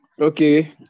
Okay